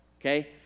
okay